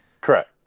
Correct